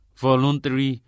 voluntary